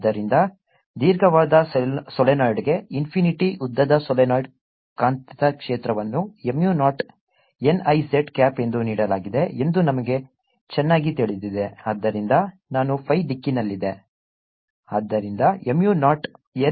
ಆದ್ದರಿಂದ ದೀರ್ಘವಾದ ಸೊಲೆನಾಯ್ಡ್ಗೆ ಇನ್ಫಿನಿಟಿ ಉದ್ದದ ಸೊಲೀನಾಯ್ಡ್ ಕಾಂತಕ್ಷೇತ್ರವನ್ನು mu naught n I z cap ಎಂದು ನೀಡಲಾಗಿದೆ ಎಂದು ನಮಗೆ ಚೆನ್ನಾಗಿ ತಿಳಿದಿದೆ ಆದ್ದರಿಂದ ನಾನು phi ದಿಕ್ಕಿನಲ್ಲಿದೆ ಆದ್ದರಿಂದ mu naught n I z cap